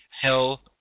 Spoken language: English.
Hell